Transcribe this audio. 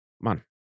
Man